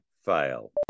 fail